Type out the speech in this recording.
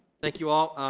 thank you all.